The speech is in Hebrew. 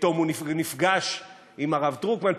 פתאום הוא נפגש עם הרב דרוקמן,